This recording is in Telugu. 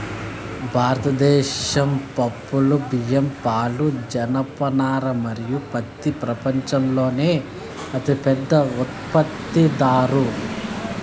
భారతదేశం పప్పులు, బియ్యం, పాలు, జనపనార మరియు పత్తి ప్రపంచంలోనే అతిపెద్ద ఉత్పత్తిదారు